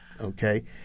Okay